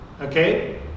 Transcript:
okay